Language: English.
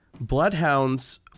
bloodhounds